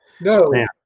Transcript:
no